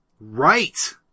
Right